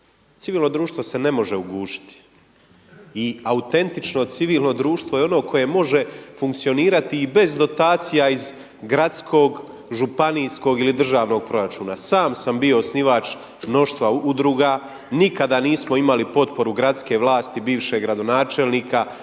Civilno društvo se ne može ugušiti i autentično civilno društvo je ono koje može funkcionirati i bez dotacija iz gradskog, županijskog ili državnog proračuna. Sam sam bio osnivač mnoštva udruga. Nikada nismo imali potporu gradske vlasti, bivšeg gradonačelnika.